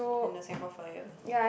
and the Singapore-Flyer